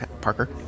Parker